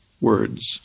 words